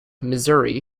missouri